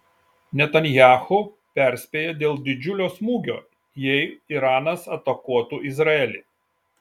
netanyahu perspėja dėl didžiulio smūgio jei iranas atakuotų izraelį